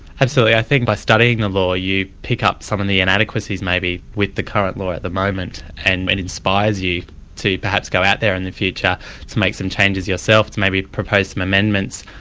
absolutely. i think by studying the law you pick up some of and the inadequacies maybe with the current law at the moment, and it inspires you to perhaps go out there in the future to make some changes yourself, to maybe propose some amendments,